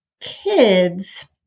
kids